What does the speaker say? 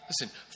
Listen